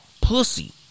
pussy